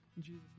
Jesus